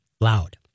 loud